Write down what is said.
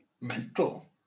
mental